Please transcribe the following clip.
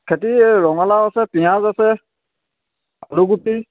খেতি ৰঙালাও আছে পিঁয়াজ আছে আলুগুটি